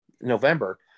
November